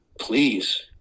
please